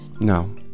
No